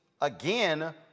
again